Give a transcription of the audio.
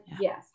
yes